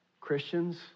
Christians